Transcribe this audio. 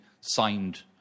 signed